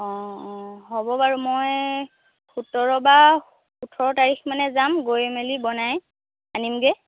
অ অ হ'ব বাৰু মই সোতৰ বা ওঠৰ তাৰিখ মানে যাম গৈ মেলি বনাই আনিমগৈ